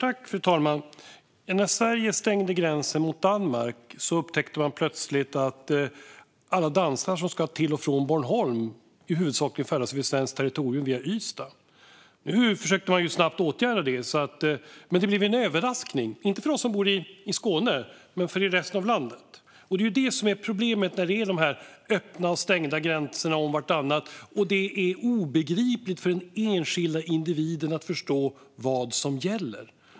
Fru talman! När Sverige stängde gränsen mot Danmark upptäckte man plötsligt att alla danskar som ska till och från Bornholm i huvudsak färdas över svenskt territorium via Ystad. Nu försökte man snabbt åtgärda det, men det blev en överraskning, inte för oss som bor i Skåne, men för resten av landet. Det är detta som är problemet med öppna och stängda gränser om vartannat. Det blir obegripligt för den enskilde individen att förstå vad som gäller.